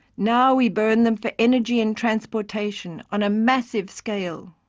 now, we burn them for energy and transportation, on a massive scale.